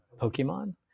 Pokemon